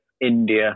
India